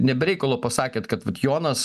ne be reikalo pasakėt kad vat jonas